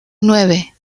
nueve